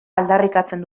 aldarrikatzen